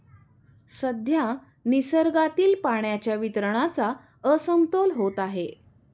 सध्या निसर्गातील पाण्याच्या वितरणाचा असमतोल होत आहे